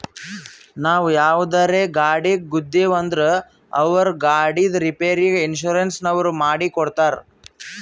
ನಾವು ಯಾವುದರೇ ಗಾಡಿಗ್ ಗುದ್ದಿವ್ ಅಂದುರ್ ಅವ್ರ ಗಾಡಿದ್ ರಿಪೇರಿಗ್ ಇನ್ಸೂರೆನ್ಸನವ್ರು ಮಾಡಿ ಕೊಡ್ತಾರ್